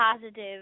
positive